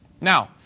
Now